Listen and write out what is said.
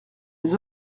les